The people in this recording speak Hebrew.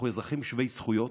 אנחנו אזרחים שווי זכויות.